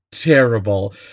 terrible